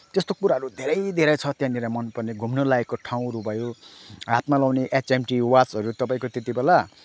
त्यस्तो कुराहरू धेरै धेरै छ त्यहाँनिर मनपर्ने घुम्न लायकको ठाउँहरू भयो हातमा लगाउने एचएमटी वाचहरू तपाईँको त्यत्तिबेला